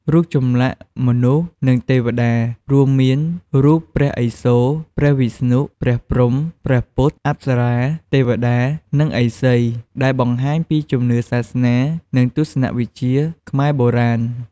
រូបចម្លាក់មនុស្ស និងទេពតា រួមមានរូបព្រះឥសូរ ព្រះវិស្ណុ ព្រះព្រហ្ម ព្រះពុទ្ធ អប្សរា ទេវតា និងឥសី ដែលបង្ហាញពីជំនឿសាសនា និងទស្សនវិជ្ជាខ្មែរបុរាណ។